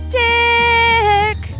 dick